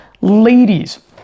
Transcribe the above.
ladies